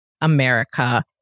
America